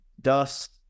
dust